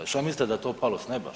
I šta mislite da je to palo s neba?